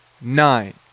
nine